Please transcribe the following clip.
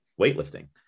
weightlifting